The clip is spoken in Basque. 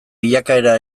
bilakaera